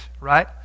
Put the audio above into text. right